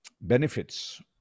benefits